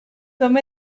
tom